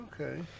Okay